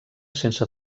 sense